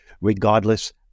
regardless